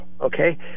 okay